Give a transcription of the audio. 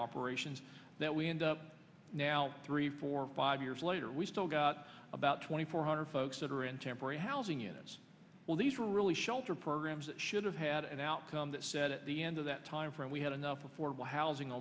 operations that we end up now three four five years later we still got about twenty four hundred folks that are in temporary housing units well these are really shelter programs that should have had an outcome that said at the end of that timeframe we had enough affordable housing